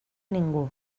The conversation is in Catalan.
ningú